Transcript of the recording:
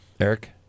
Eric